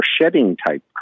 shedding-type